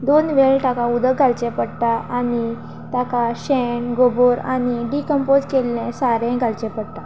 दोन वेळ ताका उदक घालचें पडटा आनी ताका शेण गोबोर आनी डिक्मपोज केल्ले सारें घालचें पडटा